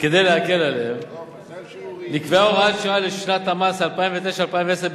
כדי להקל עליהם נקבעה הוראת שעה לשנות המס 2009 ו-2010.